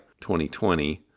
2020